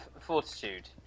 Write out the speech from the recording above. Fortitude